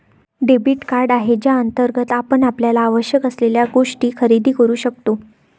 debit card आहे ज्याअंतर्गत आपण आपल्याला आवश्यक असलेल्या गोष्टी खरेदी करू शकतो